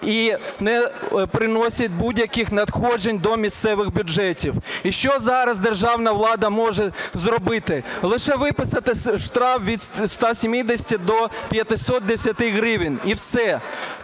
і не приносить будь-яких надходжень до місцевих бюджетів. І що зараз державна влада може зробити? Лише виписати штраф від 170 до 510 гривень, і все.